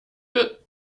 wird